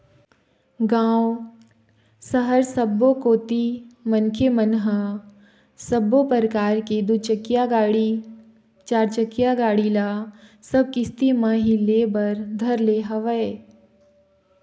गाँव, सहर सबो कोती मनखे मन ह सब्बो परकार के दू चकिया गाड़ी, चारचकिया गाड़ी ल सब किस्ती म ही ले बर धर ले हवय